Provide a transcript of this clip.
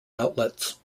outlets